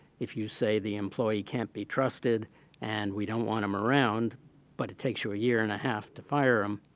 if you say the employee can't be trusted and we don't want them around but it takes you a year and a half to fire him,